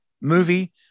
Movie